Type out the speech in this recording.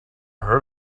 heard